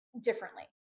differently